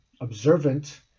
observant